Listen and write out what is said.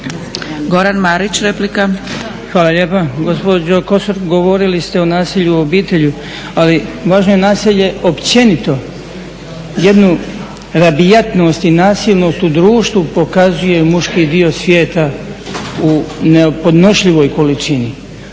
Goran (HDZ)** Hvala lijepa. Gospođo Kosor govorili ste o nasilju u obitelji, ali važno je nasilje općenito. Jednu rabijatnost i nasilnost u društvu pokazuje muški dio svijeta u nepodnošljivoj količini.